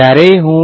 Student Over